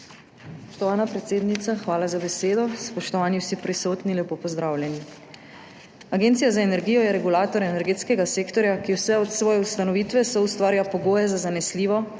Spoštovana predsednica, hvala za besedo. Spoštovani vsi prisotni, lepo pozdravljeni! Agencija za energijo je regulator energetskega sektorja, ki vse od svoje ustanovitve soustvarja pogoje za zanesljivo,